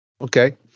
Okay